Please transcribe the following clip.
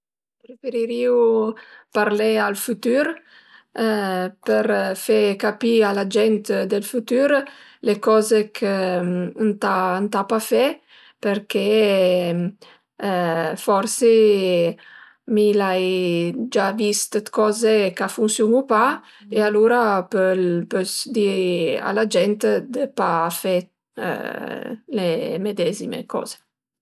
Preferirìu parlé al fütür për fe capì a la gent dël fütür le coze ch'ëntà pa fe përché forsi mi l'ai gia vist coze ch'a funsiun-u pa e alura pöl pös di a la gent dë pa fe le medezime coze